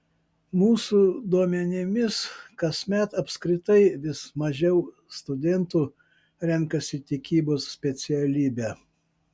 mūsų duomenimis kasmet apskritai vis mažiau studentų renkasi tikybos specialybę